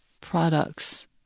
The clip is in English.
products